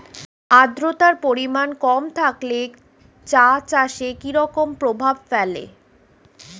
আদ্রতার পরিমাণ কম থাকলে চা চাষে কি রকম প্রভাব ফেলে?